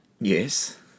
Yes